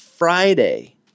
Friday